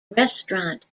restaurant